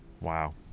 Wow